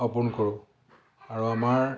অৰ্পন কৰোঁ আৰু আমাৰ